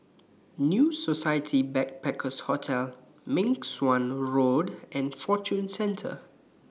New Society Backpackers' Hotel Meng Suan Road and Fortune Center